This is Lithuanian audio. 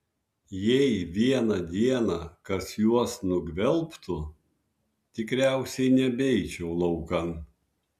jei vieną dieną kas juos nugvelbtų tikriausiai nebeičiau laukan